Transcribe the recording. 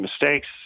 mistakes